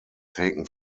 taken